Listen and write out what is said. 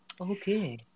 Okay